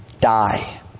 die